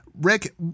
Rick